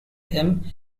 him